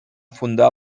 fundar